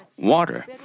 water